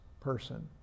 person